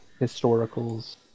historicals